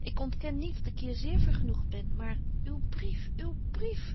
ik ontken niet dat ik hier zeer vergenoegt ben maar uw brief uw brief